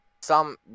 some-